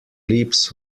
lips